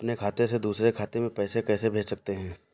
अपने खाते से दूसरे खाते में पैसे कैसे भेज सकते हैं?